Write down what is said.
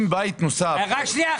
אם בית נוסף --- רק שנייה,